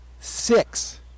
six